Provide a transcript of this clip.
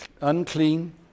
Unclean